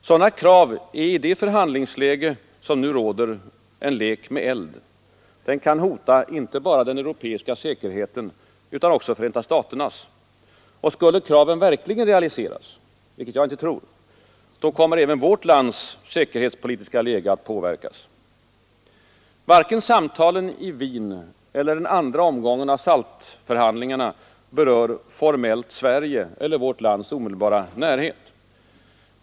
Sådana krav är i det förhandlingsläge som nu råder en lek med eld. Den kan hota inte bara den europeiska säkerheten utan också Förenta staternas. Och skulle kraven verkligen realiseras, vilket jag inte tror, kommer även vårt lands säkerhetspolitiska läge att påverkas. Varken samtalen i Wien eller den andra omgången av SALT-förhandlingarna berör formellt Sverige eller vårt lands omedelbara närhet.